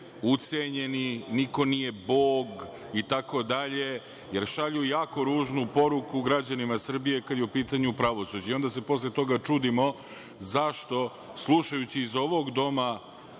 ucenjeni, niko nije Bog itd, jer šalju jako ružnu poruku građanima Srbije kada je u pitanju pravosuđe. Onda se posle toga čudimo zašto, slušajući iz ovog doma